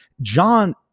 John